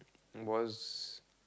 was